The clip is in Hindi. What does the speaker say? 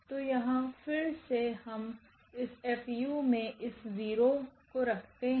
तो यहाँ फिर से हम इस F𝑢 में इसे 0 रखते है